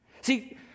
See